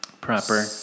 Proper